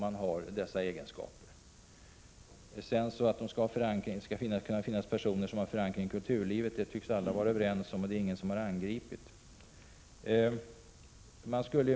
Att det skall kunna finnas personer med förankring i kulturlivet tycks alla vara överens om, för det har ingen angripit.